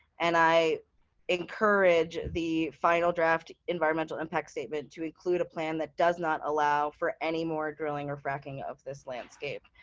and i encourage the final draft environmental impact statement to include a plan that does not allow for any more drilling or fracking of this landscape.